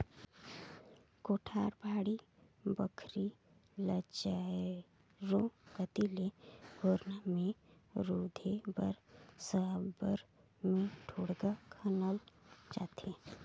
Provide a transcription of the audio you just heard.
कोठार, बाड़ी बखरी ल चाएरो कती ले घोरना मे रूधे बर साबर मे ढोड़गा खनल जाथे